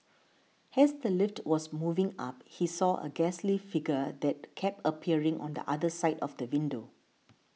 has the lift was moving up he saw a ghastly figure that kept appearing on the other side of the window